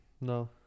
no